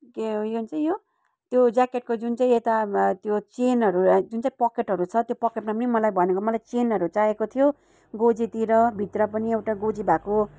के यो भन्छ यो त्यो ज्याकेटको जुन चाहिँ यता यो चेनहरू जुन चाहिँ पकेटहरू छ त्यो पकेटमा पनि मलाई भनेको चेनहरू चाहिएको थियो गोजीतिर भित्र पनि एउटा गोजी भएको